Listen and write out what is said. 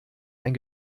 ein